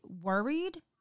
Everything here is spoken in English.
worried